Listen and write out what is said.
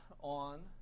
on